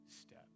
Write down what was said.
step